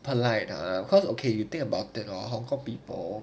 polite or cause okay you think about it orh hong kong people